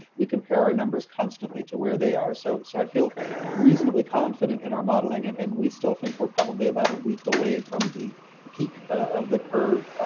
we compare our numbers constantly to where they are. so so i feel reasonably confident in our modeling. and and we still think we're probably about a week away from the peak of the curve.